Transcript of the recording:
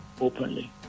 openly